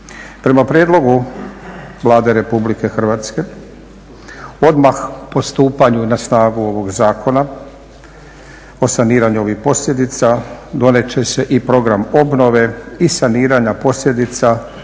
Prema prijedlogu Vlade Republike Hrvatske odmah po stupanju na snagu ovog zakona o saniranju ovih posljedica donijet će se i Program obnove i saniranja posljedica